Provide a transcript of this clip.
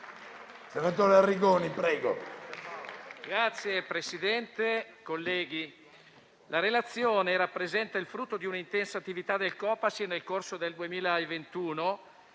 la relazione rappresenta il frutto di un'intensa attività del Copasir nel corso del 2021: